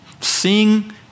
seeing